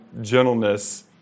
gentleness